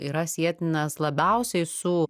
yra sietinas labiausiai su